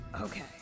okay